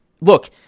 Look